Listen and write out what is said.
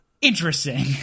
Interesting